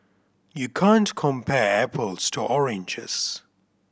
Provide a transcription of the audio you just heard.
you can't compare apples to oranges